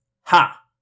Ha